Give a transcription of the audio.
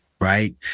right